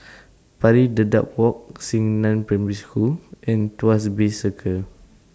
Pari Dedap Walk Xingnan Primary School and Tuas Bay Circle